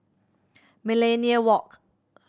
Millenia Walk